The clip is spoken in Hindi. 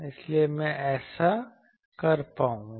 इसलिए मैं ऐसा कर पाऊंगा